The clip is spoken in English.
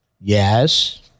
Yes